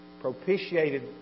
propitiated